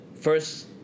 first –